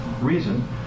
reason